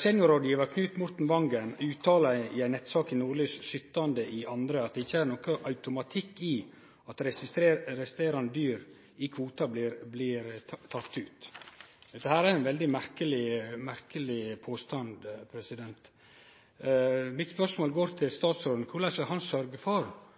Seniorrådgivar Knut Morten Vangen uttala i ei nettsak i Nordlys den 17. februar at det ikkje er nokon automatikk i at dei resterande dyra i kvoten blir tekne ut. Dette er ein merkeleg påstand. Mitt spørsmål til statsråden er: Korleis vil statsråden sørgje for